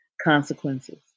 consequences